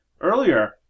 Earlier